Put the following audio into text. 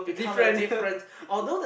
different